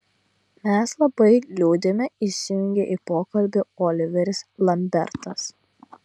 mes labai liūdime įsijungė į pokalbį oliveris lambertas